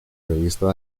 revista